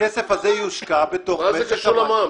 הכסף הזה יושקע --- מה זה קשור למע"מ.